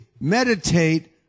meditate